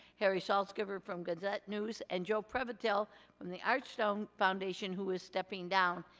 harry saltzgiver from gazette news, and joe prevratil from the archstone foundation, who is stepping down.